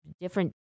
different